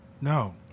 No